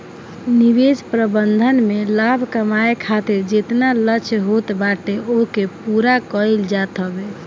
निवेश प्रबंधन में लाभ कमाए खातिर जेतना लक्ष्य होत बाटे ओके पूरा कईल जात हवे